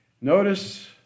Notice